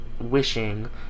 wishing